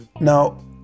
Now